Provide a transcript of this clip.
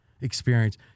experience